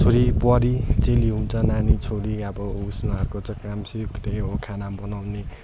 छोरी बुहारी चेली हुन्छ नानी छोरी अब उस उनीहरूको चाहिँ काम सिर्फ त्यही हो खाना बनाउने